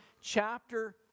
chapter